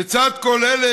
לצד כל אלה,